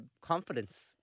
Confidence